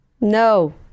no